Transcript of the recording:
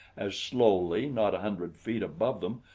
as slowly, not a hundred feet above them,